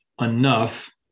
enough